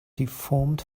deformed